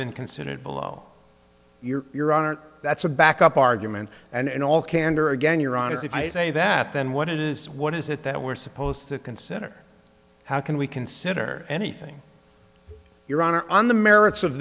been considered below your your honor that's a back up argument and in all candor again you're honest if i say that then what it is what is it that we're supposed to consider how can we consider anything your honor on the merits of